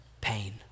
pain